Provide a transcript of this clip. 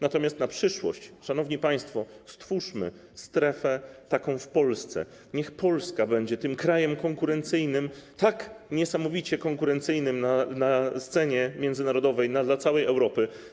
Natomiast na przyszłość, szanowni państwo, stwórzmy taką strefę w Polsce, niech Polska będzie krajem konkurencyjnym, tak niesamowicie konkurencyjnym na scenie międzynarodowej, dla całej Europy.